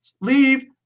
leave